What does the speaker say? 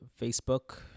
Facebook